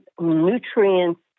nutrients